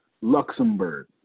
Luxembourg